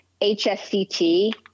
HSCT